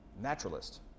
naturalist